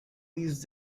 these